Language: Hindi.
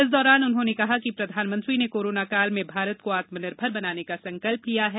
इस दौरान उन्होंने कहा कि प्रधानमंत्री ने कोरोना काल में भारत को आत्मनिर्मर बनाने का संकल्प लिया है